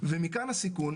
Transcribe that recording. ומכאן הסיכון,